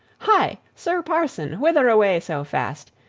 hi! sir parson, whither away so fast?